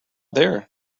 there